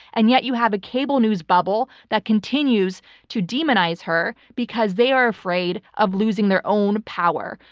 and yet, you have a cable news bubble that continues to demonize her because they are afraid of losing their own power.